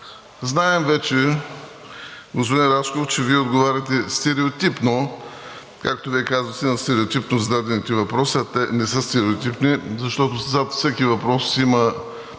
Знаем вече, господин Рашков, че Вие отговаряте стереотипно, както Вие казахте, на стереотипно зададени въпроси, а те не са стереотипни, защото зад всеки въпрос има